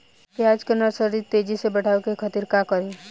प्याज के नर्सरी तेजी से बढ़ावे के खातिर का करी?